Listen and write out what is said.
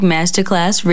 Masterclass